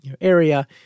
area